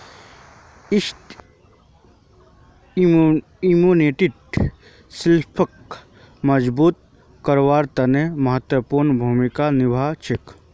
यई इम्यूनिटी सिस्टमक मजबूत करवार तने महत्वपूर्ण भूमिका निभा छेक